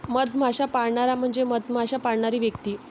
मधमाश्या पाळणारा म्हणजे मधमाश्या पाळणारी व्यक्ती